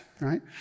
Right